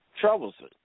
troublesome